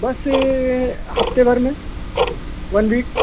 بس ہفتے بھر میں ون ویک